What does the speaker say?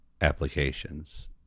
applications